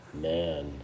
Man